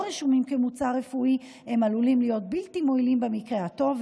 אינם רשומים כמוצר רפואי ועלולים להיות בלתי מועילים במקרה הטוב,